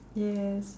yes